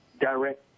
direct